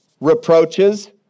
Reproaches